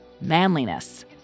manliness